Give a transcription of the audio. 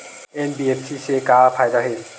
NBFC से का फ़ायदा हे?